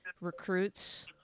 recruits